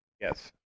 Yes